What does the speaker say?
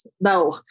No